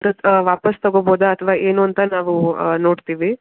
ವಾಪಸ್ ತಗೋಬೋದ ಅಥವಾ ಏನು ಅಂತ ನಾವು ನೋಡ್ತೀವಿ